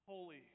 Holy